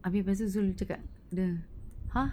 habis lepas tu zul cakap dia !huh!